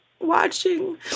watching